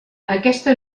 aquesta